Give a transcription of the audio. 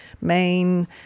main